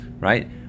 right